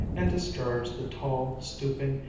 and discharged the tall, stooping,